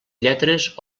lletres